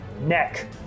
neck